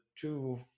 two